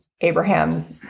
Abraham's